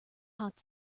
hot